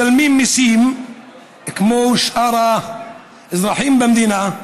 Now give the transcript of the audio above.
הם משלמים מיסים כמו שאר האזרחים במדינה,